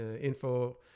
info